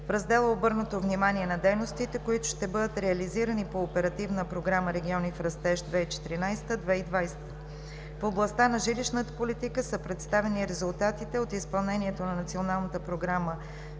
В раздела е обърнато внимание на дейностите, които ще бъдат реализирани по Оперативна програма „Региони в растеж 2014 – 2020.“ В областта на жилищната политика са представени резултатите от изпълнението на Националната програма